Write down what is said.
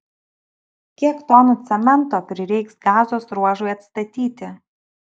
kiek tonų cemento prireiks gazos ruožui atstatyti